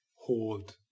hold